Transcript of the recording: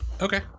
Okay